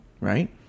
right